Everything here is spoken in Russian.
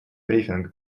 брифинг